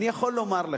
אני יכול לומר לך: